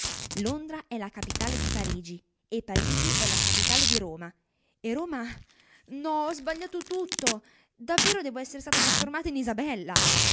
londra è la capitale di parigi e parigi è la capitale di roma e roma nò ho sbagliato tutto davvero devo essere stata trasformata in isabella